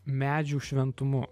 medžių šventumu